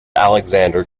alexander